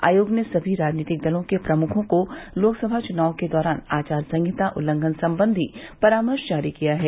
आयोग ने सभी राजनीतिक दलों के प्रमुखों को लोकसभा चुनाव के दौरान आचार संहिता उल्लंघन संबंधी परामर्श जारी किया है